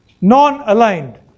non-aligned